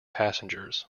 passengers